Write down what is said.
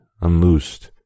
unloosed